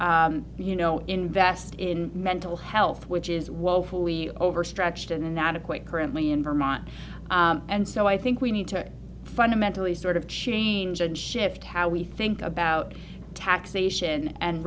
invest in mental health which is woefully overstretched and inadequate currently in vermont and so i think we need to fundamentally sort of change and shift how we think about taxation and